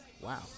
Wow